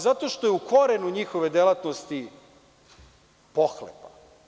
Zato što je u korenu njihove delatnosti pohlepa.